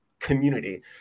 Community